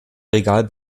regal